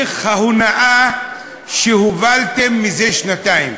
תהליך ההונאה שהובלתם זה שנתיים,